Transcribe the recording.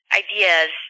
ideas